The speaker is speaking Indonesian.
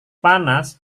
panas